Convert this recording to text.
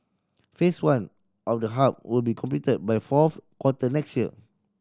Phase One of the hub will be completed by fourth quarter next year